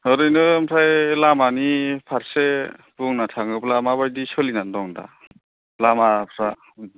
ओरैनो ओमफ्राय लामानि फारसे बुंनो थाङोब्ला माबायदि सोलिनानै दं दा लामाफ्रा